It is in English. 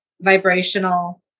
vibrational